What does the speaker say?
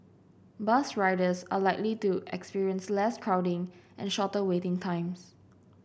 bus riders are likely to experience less crowding and shorter waiting times